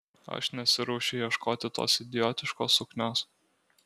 aš nesiruošiu ieškoti tos idiotiškos suknios